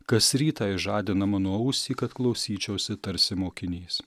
kas rytą jis žadina mano ausį kad klausyčiausi tarsi mokinys